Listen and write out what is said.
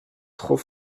trop